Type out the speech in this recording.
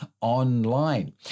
online